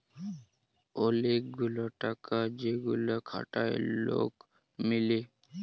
ওলেক গুলা টাকা যেগুলা খাটায় লক মিলে